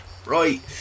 Right